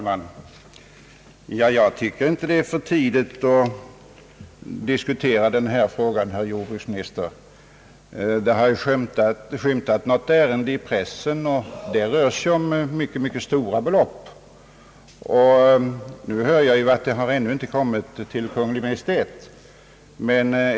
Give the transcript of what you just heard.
Herr talman! Jag tycker inte att det är för tidigt att diskutera denna fråga, herr jordbruksminister. Något ärende har skymtat i pressen, och det rör sig där om mycket stora belopp. Nu hör jag att frågan ännu inte har förts fram till Kungl. Maj:t.